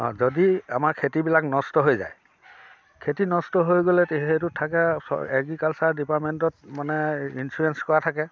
যদি আমাৰ খেতিবিলাক নষ্ট হৈ যায় খেতি নষ্ট হৈ গ'লে তে সেইটো থাকে এগ্ৰিকালচাৰ ডিপাৰ্টমেণ্টত মানে ইঞ্চুৰেঞ্চ কৰা থাকে